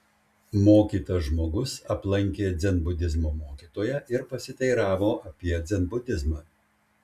mokytas žmogus aplankė dzenbudizmo mokytoją ir pasiteiravo apie dzenbudizmą